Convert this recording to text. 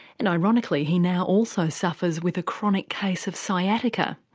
and ironically he now also suffers with a chronic case of sciatica.